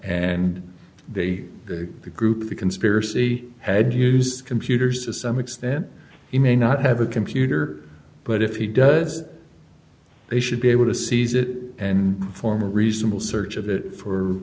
and they the group the conspiracy had used computers to some extent he may not have a computer but if he does they should be able to seize it and form a reasonable search